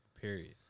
period